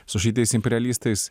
su šitais imperialistais